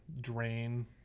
Drain